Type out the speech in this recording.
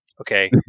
okay